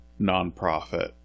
nonprofit